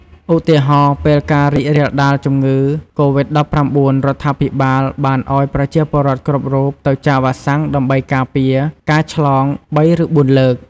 ឧទាហរណ៍ ពេលការរីករាលដាលជំងឺ កូវីត១៩ រដ្ឋាភិបាលបានអោយប្រជាពលរដ្ឋគ្រប់រូបទៅចាក់វ៉ាក់សាំងដើម្បីការពារការឆ្លង ៣ ឬ ៤ លើក។